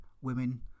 women